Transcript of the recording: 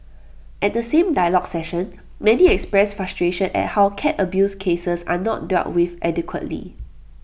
at the same dialogue session many expressed frustration at how cat abuse cases are not dealt with adequately